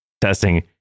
testing